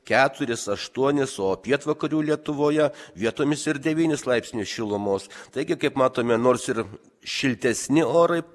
keturis aštuonis o pietvakarių lietuvoje vietomis ir devynis laipsnius šilumos taigi kaip matome nors ir šiltesni orai